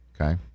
Okay